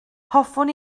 hoffwn